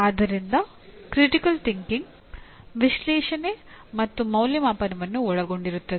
ಆದ್ದರಿಂದ critical thinking ವಿಶ್ಲೇಷಣೆ ಮತ್ತು ಮೌಲ್ಯಮಾಪನವನ್ನು ಒಳಗೊಂಡಿರುತ್ತದೆ